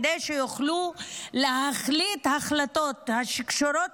כדי שיוכלו להחליט החלטות הקשורות